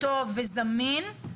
טוב וזמין.